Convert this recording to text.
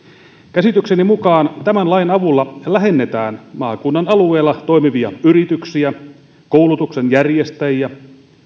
käsitykseni mukaan tämän lain avulla lähennetään maakunnan alueella toimivia yrityksiä koulutuksen järjestäjiä